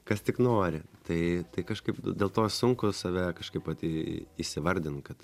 kas tik nori tai tai kažkaip dėl to sunku save kažkaip vat į įsivardint kad